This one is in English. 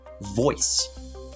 voice